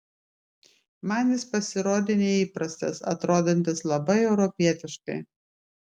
man jis pasirodė neįprastas atrodantis labai europietiškai